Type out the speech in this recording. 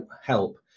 help